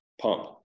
pump